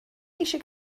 eisiau